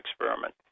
Experiment